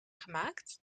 gemaakt